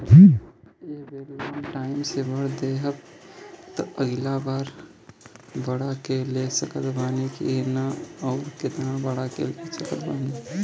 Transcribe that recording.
ए बेर loan time से भर देहम त अगिला बार बढ़ा के ले सकत बानी की न आउर केतना बढ़ा के ले सकत बानी?